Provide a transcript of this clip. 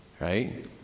right